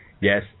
yes